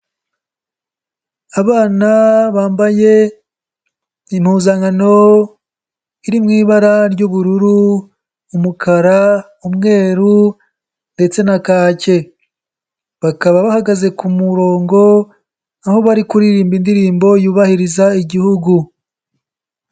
Abana bambaye impuzankao iri mu ibara ry'ubururu, umukara, umweru ndetse na kake. Bakaba bahagaze ku murongo aho bari kuririmba indirimbo yubahiriza Igihugu.